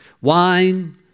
Wine